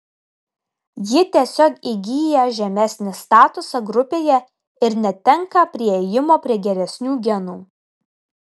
ji tiesiog įgyja žemesnį statusą grupėje ir netenka priėjimo prie geresnių genų